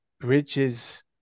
bridges